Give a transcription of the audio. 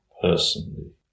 personally